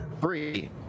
Three